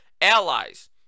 allies